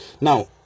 Now